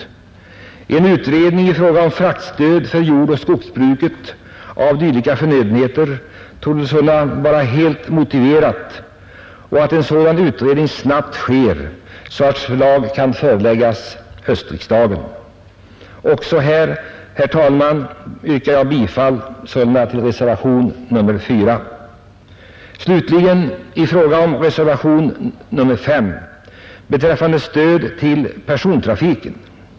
Att en utredning i fråga om fraktstöd för jordoch skogsbruket av dylika förnödenheter kommer till stånd torde sålunda vara helt motiverat liksom att en sådan utredning snabbt sker så att förslag kan föreläggas höstriksdagen. Herr talman! Jag yrkar sålunda bifall till reservationen 4. Slutligen har vi reservation 5 beträffande stöd till persontrafiken.